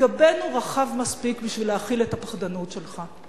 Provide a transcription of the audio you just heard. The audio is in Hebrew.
גבנו רחב מספיק בשביל להכיל את הפחדנות שלך.